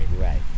Right